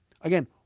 Again